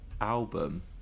album